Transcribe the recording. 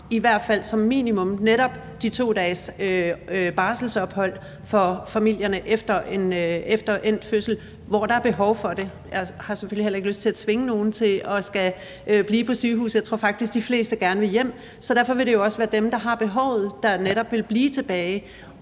i hvert fald som minimum skal sikre netop de her 2 dages barselsophold for familierne efter endt fødsel, hvor der er behov for det. Jeg har selvfølgelig heller ikke lyst til at tvinge nogen til at skulle blive på sygehuset. Jeg tror faktisk, at de fleste gerne vil hjem. Så derfor vil det også være dem, der har behovet, der netop ville blive tilbage